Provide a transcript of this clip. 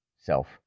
self